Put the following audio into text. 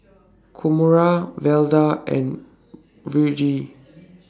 Kamora Velda and Virge